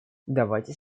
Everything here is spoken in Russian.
давайте